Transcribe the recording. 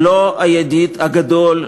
זה האינטרס הישראלי?